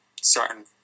certain